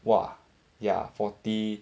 !wah! ya forty